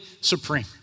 supreme